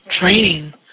training